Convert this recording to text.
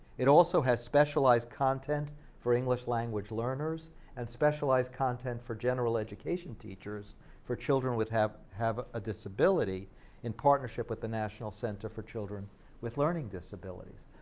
it also has specialized content for english-language learners and specialized content for general education teachers for children with have have a disability in partnership with the national center for children with learning disabilities.